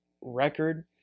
record